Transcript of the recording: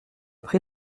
prit